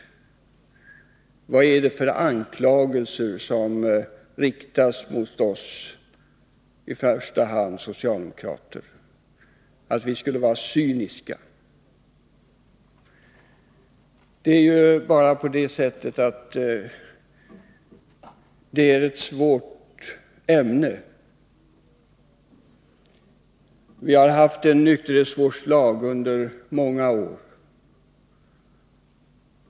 Vad är det för anklagelser som riktas i första hand mot oss socialdemokrater? Vi skulle vara cyniska. Det är bara på det sättet att detta är ett svårt ämne. Vi har haft en nykterhetsvårdslag under många år.